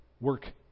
work